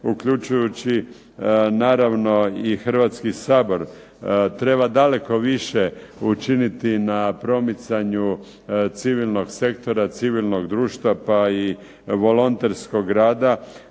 uključujući naravno i Hrvatski sabor treba daleko više učiniti na promicanju civilnog sektora, civilnog društva pa i volonterskog rada.